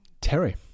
Terry